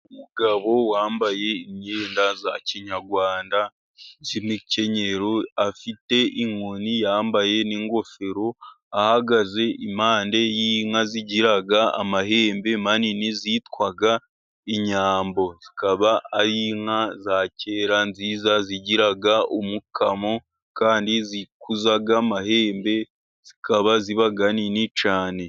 Umugabo wambaye imyenda ya kinyarwanda y'imikenyero afite inkoni, yambaye n'ingofero ahagaze impande y'inka zigira amahembe manini zitwa inyambo. Zikaba ari inka za kera nziza zigira umukamo, kandi zikuza amahembe zikaba ziba nini cyane.